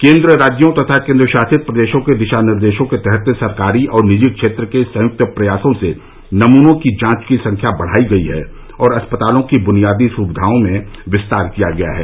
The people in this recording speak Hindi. केन्द्र राज्यों तथा केन्द्रशासित प्रदेशों के दिशा निर्देशों के तहत सरकारी और निजी क्षेत्र के संयुक्त प्रयासों से नमूनों की जांच की संख्या बढ़ायी गई हैं और अस्पतालों की बुनियादी सुविधाओं में विस्तार किया गया है